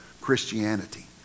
Christianity